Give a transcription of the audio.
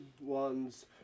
ones